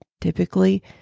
typically